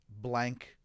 blank